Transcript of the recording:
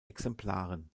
exemplaren